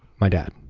my dad.